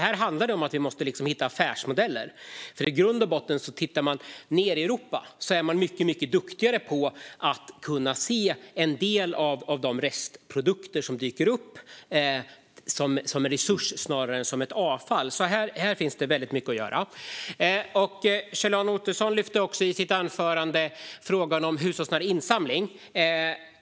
Här handlar det om att vi måste hitta affärsmodeller. Ute i Europa är man mycket duktigare på att se en del av de restprodukter som dyker upp som en resurs snarare än som avfall, så här finns det väldigt mycket att göra. Kjell-Arne Ottosson lyfter också i sitt anförande frågan om hushållsnära insamling.